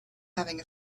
having